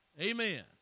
Amen